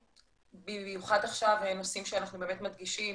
במיוחד עכשיו נושאים שאנחנו באמת מדגישים